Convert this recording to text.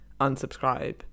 unsubscribe